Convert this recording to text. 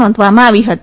નોંધવામાં આવી હતી